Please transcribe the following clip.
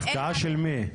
הפקעה של מי?